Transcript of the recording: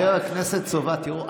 תראו,